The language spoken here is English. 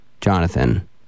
Jonathan